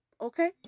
okay